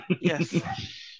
Yes